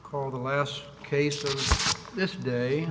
called the last case of this day